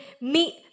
meet